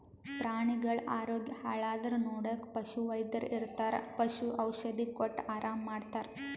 ಪ್ರಾಣಿಗಳ್ ಆರೋಗ್ಯ ಹಾಳಾದ್ರ್ ನೋಡಕ್ಕ್ ಪಶುವೈದ್ಯರ್ ಇರ್ತರ್ ಪಶು ಔಷಧಿ ಕೊಟ್ಟ್ ಆರಾಮ್ ಮಾಡ್ತರ್